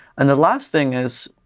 and the last thing is,